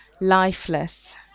lifeless